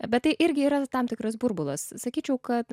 bet tai irgi yra tam tikras burbulas sakyčiau kad